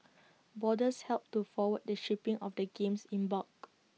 boarders helped to forward the shipping of the games in bulk